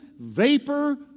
vapor